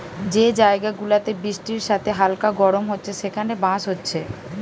যে জায়গা গুলাতে বৃষ্টির সাথে হালকা গরম হচ্ছে সেখানে বাঁশ হচ্ছে